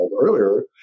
earlier